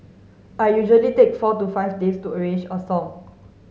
I usually take four to five days to arrange a song